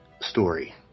story